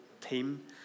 team